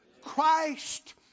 Christ